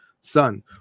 son